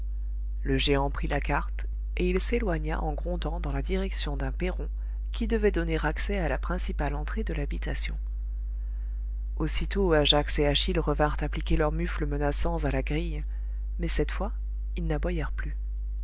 le géant prit la carte et il s'éloigna en grondant dans la direction d'un perron qui devait donner accès à la principale entrée de l'habitation aussitôt ajax et achille revinrent appliquer leurs mufles menaçants à la grille mais cette fois ils n'aboyèrent plus